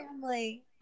family